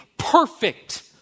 perfect